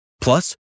Plus